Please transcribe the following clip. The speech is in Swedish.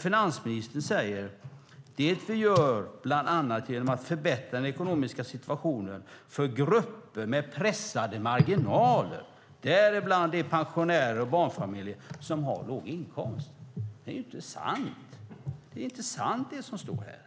Finansministern säger: Det gör vi bland annat genom att förbättra den ekonomiska situationen för grupper med pressade marginaler, däribland de pensionärer och barnfamiljer som har låg inkomst. Det är inte sant. Det som står här är inte sant.